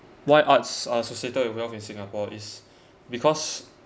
why arts are associated with wealth in singapore is because